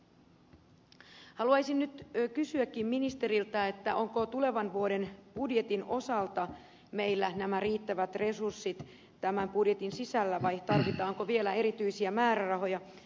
haluaisinkin nyt kysyä ministeriltä onko tulevan vuoden budjetin osalta meillä riittävät resurssit tämän budjetin sisällä vai tarvitaanko vielä erityisiä määrärahoja